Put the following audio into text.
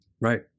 right